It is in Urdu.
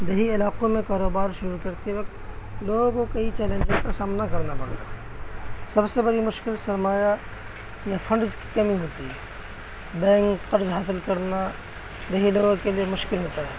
دیہی علاقوں میں کاروبار شروع کرتے وقت لوگوں کو کئی چیلنجوں کا سامنا کرنا پڑتا سب سے بڑی مشکل سرمایہ یا فنڈز کی کمی ہوتی ہے بینک قرض حاصل کرنا دیہی لوگوں کے لیے مشکل ہوتا ہے